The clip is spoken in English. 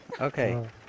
Okay